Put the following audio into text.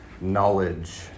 knowledge